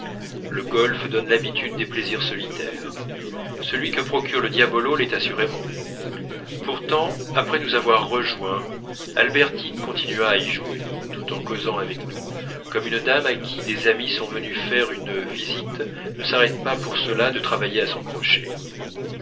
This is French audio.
le golf donne l'habitude des plaisirs solitaires celui que procure le diabolo l'est assurément pourtant après nous avoir rejoints albertine continua à y jouer tout en causant avec nous comme une dame à qui des amies sont venues faire une visite ne s'arrête pas pour cela de travailler à son crochet